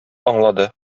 аңлады